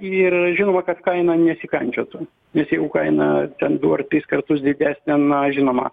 ir žinoma kad kaina nesikandžiotų nes jeigu kaina ten du ar tris kartus didesnė na žinoma